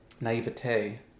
Naivete